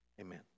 Amen